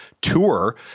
tour